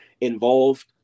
involved